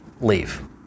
leave